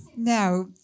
now